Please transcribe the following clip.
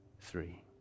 three